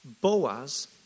Boaz